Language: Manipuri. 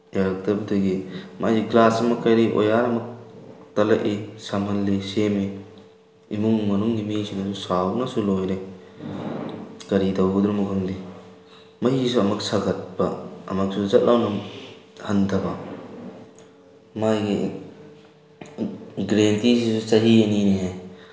ꯌꯥꯔꯛꯇꯕꯗꯒꯤ ꯃꯥꯏ ꯒ꯭ꯂꯥꯁ ꯑꯃ ꯀꯔꯤ ꯑꯣꯌꯥꯔ ꯑꯃ ꯇꯠꯂꯛꯏ ꯁꯝꯍꯜꯂꯤ ꯁꯦꯝꯃꯤ ꯏꯃꯨꯡ ꯃꯅꯨꯡꯒꯤ ꯃꯤꯁꯤꯡꯅꯁꯨ ꯁꯥꯎꯕꯅꯁꯨ ꯂꯣꯏꯔꯦ ꯀꯔꯤ ꯇꯧꯒꯗ꯭ꯔꯣꯃꯣ ꯈꯪꯗꯦ ꯃꯩꯁꯨ ꯑꯃꯨꯛ ꯁꯥꯒꯠꯄ ꯑꯃꯨꯛꯁꯨ ꯁꯠ ꯂꯥꯎꯅ ꯍꯟꯊꯕ ꯃꯥꯒꯤ ꯒꯔꯦꯟꯇꯁꯤꯁꯨ ꯆꯍꯤ ꯑꯅꯤꯅꯤ ꯍꯥꯏ